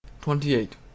Twenty-eight